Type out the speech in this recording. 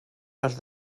les